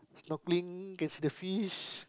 snorkeling can see the fish